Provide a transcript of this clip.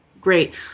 Great